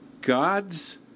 God's